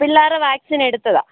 പിള്ളേർ വാക്സിൻ എടുത്തതാണ്